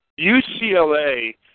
UCLA